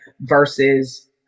versus